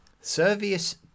Servius